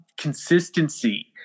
consistency